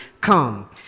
come